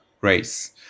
race